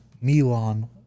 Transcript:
Milan